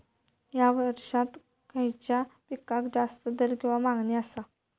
हया वर्सात खइच्या पिकाक जास्त दर किंवा मागणी आसा?